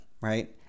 right